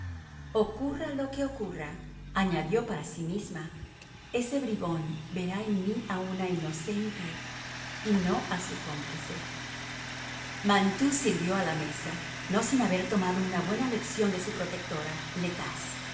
ocurra lo que ocurra añadió para sí misma ese bribón verá en mí a una inocente y no a su cómplice mantoux sirvió a la mesa no sin haber tomado una buena lección de su protectora